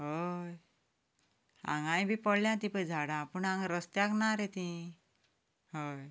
हय हांगाय बी पडल्यात ही पळय झाडां पूण हांगा रसत्याक ना रे तीं हय